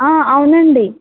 అవునండి